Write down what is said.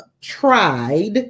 tried